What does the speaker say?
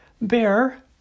Bear